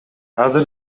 азыр